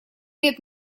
лет